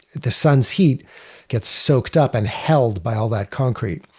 the sun's heat gets soaked up and held by all that concrete.